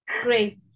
Great